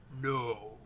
No